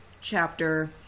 chapter